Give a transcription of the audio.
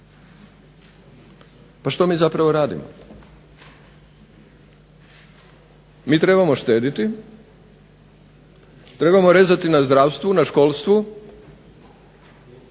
pa što mi zapravo radimo? Mi trebamo štediti, trebamo rezati na zdravstvu, na školstvu,